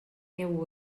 meu